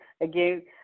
again